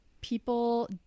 People